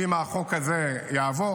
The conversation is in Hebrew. אם החוק הזה יעבור,